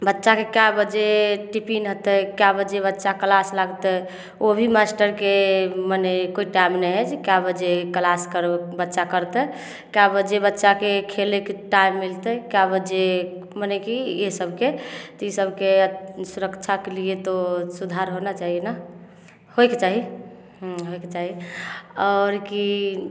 बच्चाके कए बजे टिपिन हतै कए बजे बच्चा क्लास लागतै ओ भी मास्टरके मने कोइ टाइम नहि हइ जे कए बजे क्लास करू बच्चा करतै कए बजे बच्चाके खेलैके टाइम मिलतै कए बजे मने कि इहे सबके तऽ ई सबके सुरक्षाके लिए तो सुधार होना चाहिए ने होयके चाही हँ होयके चाही आओर की